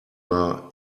were